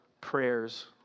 prayers